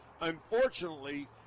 Unfortunately